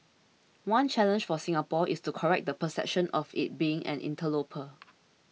one challenge for Singapore is to correct the perception of it being an interloper